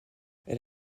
elle